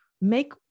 make